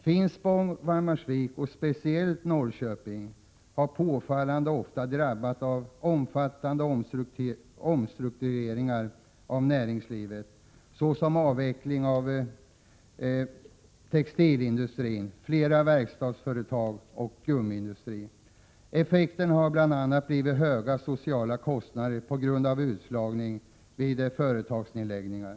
Finspång, Valdemarsvik och speciellt Norrköping har påfallande ofta drabbats av omfattande omstruktureringar av näringslivet, såsom avveckling av textilindustri, flera verkstadsföretag och gummiindustri. Effekten har bl.a. blivit höga sociala kostnader på grund av utslagning vid företagsnedläggningar.